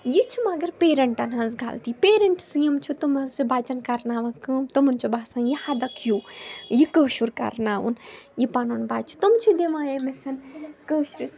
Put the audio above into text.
یہِ چھِ مگر پیرنٹَن ہنٛزغلطی پیرینٹٕس یِم چھِ تِم حظ چھِ بَچَن کَرناوان کٲم تمَن چھِ باسان یہِ ہَدک ہیٚو یہِ کٲشُرکَرناوُن یہِ پَنُن بَچّہٕ تِم چھِ دِوان أمِس کٲشِرِس